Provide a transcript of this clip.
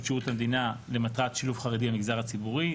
שירות המדינה למטרת שילוב חרדים במגזר הציבורי,